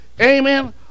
amen